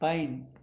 pine